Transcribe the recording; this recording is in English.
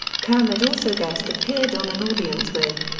kermit also guest appeared on an audience with.